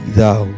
thou